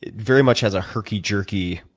very much has a hirky, jerky,